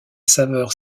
saveur